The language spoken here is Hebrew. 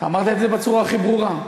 אתה אמרת את זה בצורה הכי ברורה.